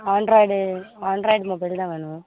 Android android mobile தான் வேணும்